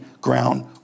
ground